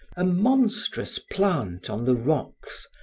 a monstrous plant on the rocks,